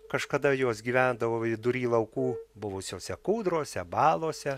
kažkada jos gyvendavo vidury laukų buvusiose kūdrose balose